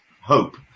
hope